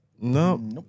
No